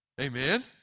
amen